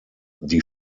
die